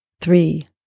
three